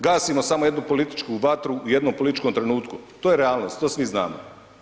Gasimo samo jednu političku vatru u jednom političkom trenutku, to je realnost, to svi znamo.